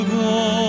go